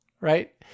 right